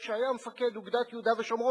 כשהיה מפקד אוגדת יהודה ושומרון,